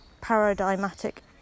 paradigmatic